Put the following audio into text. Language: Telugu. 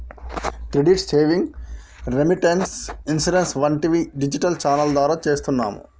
క్రెడిట్ సేవింగ్స్, రేమిటేన్స్, ఇన్సూరెన్స్ వంటివి డిజిటల్ ఛానల్ ద్వారా చేస్తున్నాము